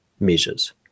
measures